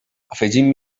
afegint